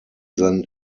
than